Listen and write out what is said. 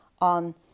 on